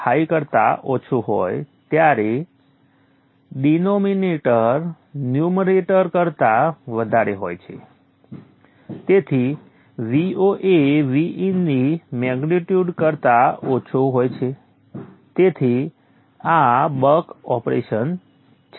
5 કરતા ઓછું હોય ત્યારે ડિનોમિનેટર ન્યૂમરેટર કરતા વધારે હોય છે તેથી Vo એ Vin ની મેગ્નિટ્યુડ કરતા ઓછો હોય છે તેથી આ બક ઓપરેશન છે